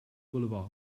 boulevard